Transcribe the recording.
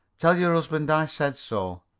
tell your husband i said so.